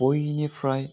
बयनिफ्राय